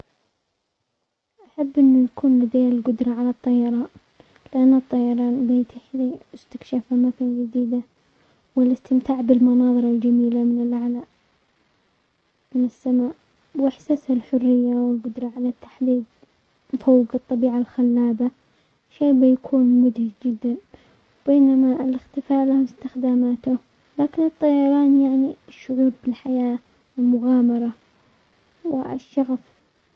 احب انه يكون لدي القدرة على الطيران لان الطيران بيتيح لي استكشاف اماكن جديدة والاستمتاع بالمناظر الجميلة من الاعلى، من السماء، واحساس الحرية والقدرة على التحليق فوق الطبيعة خلابة شي بيكون مدهش جدا، بينما الاختفاء له استخداماته، لكن الطيران يعني شعور بالحياة والمغامرة والشغف.